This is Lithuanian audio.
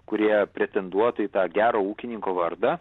kurie pretenduotų į tą gero ūkininko vardą